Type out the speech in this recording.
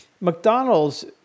McDonald's